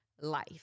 life